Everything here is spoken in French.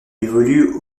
évolue